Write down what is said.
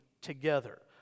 together